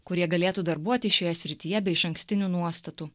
kurie galėtų darbuotis šioje srityje be išankstinių nuostatų